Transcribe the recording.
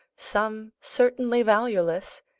some certainly valueless,